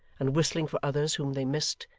and whistling for others whom they missed,